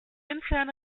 interne